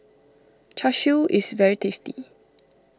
Char Siu is very tasty